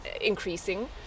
increasing